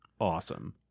awesome